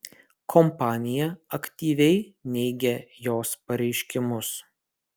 kompanija aktyviai neigia jos pareiškimus